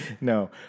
No